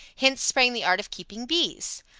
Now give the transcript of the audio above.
hence sprang the art of keeping bees.